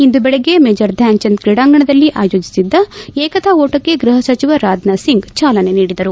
ಇಂದು ಬೆಳಗ್ಗೆ ಮೇಜರ್ ಧಾನ್ಭಚಂದ್ ಕ್ರೀಡಾಂಗಣದಲ್ಲಿ ಆಯೋಜಿಸಿದ್ದ ಏಕತಾ ಓಟಕ್ಕೆ ಗೃಹ ಸಚಿವ ರಾಜನಾಥ್ ಸಿಂಗ್ ಚಾಲನೆ ನೀಡಿದರು